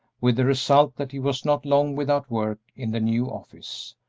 with the result that he was not long without work in the new office.